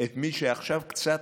את מי שעכשיו, קצת,